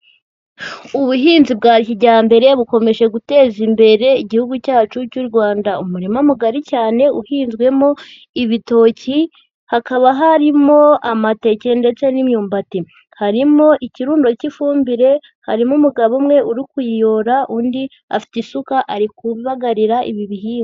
Ubuhinzi bwa kijyambere bukomeje guteza imbere igihugu cyacu cy'u Rwanda, umurima mugari cyane uhinzwemo ibitoki, hakaba harimo amateke ndetse n'imyumbati, harimo ikirundo cy'ifumbire, harimo umugabo umwe uri kuyiyora, undi afite isuka ari kubagarira ibihingwa.